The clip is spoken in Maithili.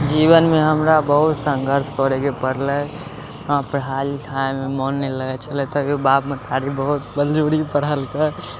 जीवनमे हमरा बहुत सङ्घर्ष करैके पड़लै हमरा पढ़ाइ लिखाइमे मोन नहि लगै छलै तभियो बाप महतारी बहुत बलजोरी पढ़ेलकै